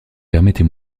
permettez